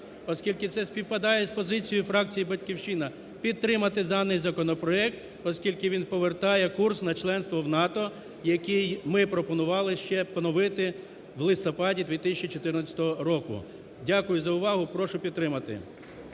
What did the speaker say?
оскільки це співпадає з позицією фракції "Батьківщина", підтримати даний законопроект, оскільки він повертає курс на членство в НАТО, який ми пропонували ще поновити в листопаді 2014 року. Дякую за увагу. Прошу підтримати.